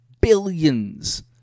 billions